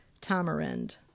tamarind